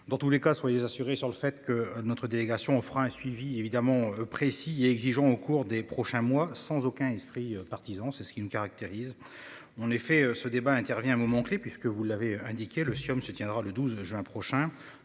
Dans tous les cas sont les assurés sur le fait que notre délégation on fera un suivi évidemment précis et exigeant au cours des prochains mois sans aucun esprit partisan, c'est ce qui nous caractérise. En effet, ce débat intervient à un moment clé, puisque vous l'avez indiqué le siom se tiendra le 12 juin prochain